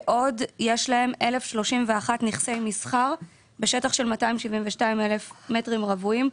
ויש להם עוד 1,031 נכסי מסחר בשטח של כ-272,000 מטרים רבועים.